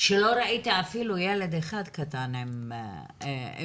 שלא ראיתי אפילו ילד אחד קטן עם סלולרי.